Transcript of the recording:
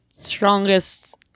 strongest